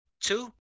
two